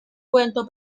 cuento